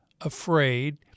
afraid